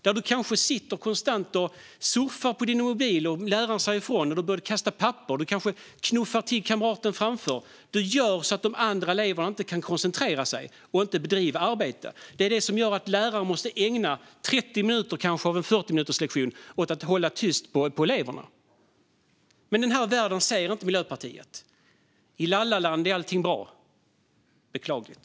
De kanske sitter och surfar på mobilen konstant, och när läraren säger ifrån börjar de att kasta papper och kanske knuffar till kamraten framför. De gör så att de andra eleverna inte kan koncentrera sig och inte bedriva arbete. Det är det som gör att läraren måste ägna kanske 30 minuter av en 40-minuterslektion åt att få tyst på eleverna. Den här världen ser dock inte Miljöpartiet. I la-la-land är allting bra. Beklagligt!